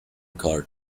card